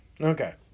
Okay